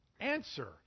Answer